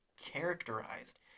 characterized